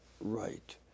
right